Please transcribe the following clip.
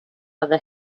other